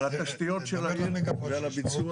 תתמקד בשאלות שעלו כאן.